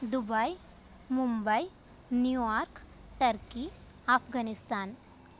Dubai Mumbai New York Turkey Afghanistan